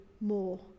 more